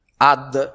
ad